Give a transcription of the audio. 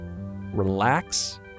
Relax